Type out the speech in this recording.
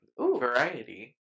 variety